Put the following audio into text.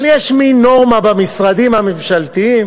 אבל יש מין נורמה במשרדים הממשלתיים,